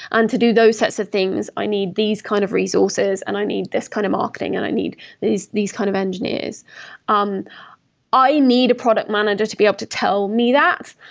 and to do those sets of things, i need these kind of resources, and i need this kind of marketing, and i need these these kind of engineers um i need a product manager to be able to tell me that,